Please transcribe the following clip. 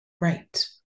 Right